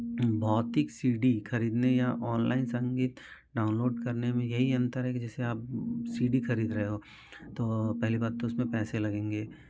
भौतिक C D खरीदने या ऑनलाइन संगीत डाउनलोड करने में यही अंतर है कि जैसे आप सी डी खरीद रहे हो तो पहली बात तो उसमें पैसे लगेंगे